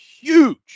huge